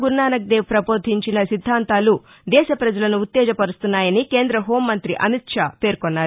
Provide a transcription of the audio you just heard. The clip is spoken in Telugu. గురునానక్ దేవ్ పబోధించిన సిద్దాంతాలు దేశ పజలను ఉత్తేజ పరుస్తున్నాయని కేంద హోం మంత్రి అమిత్ షా పేర్కొన్నారు